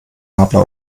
nabla